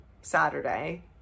saturday